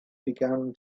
began